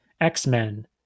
X-Men